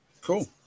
Cool